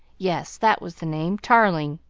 yes, that was the name, tarling.